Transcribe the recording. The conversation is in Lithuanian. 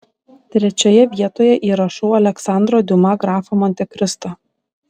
trečioje vietoje įrašau aleksandro diuma grafą montekristą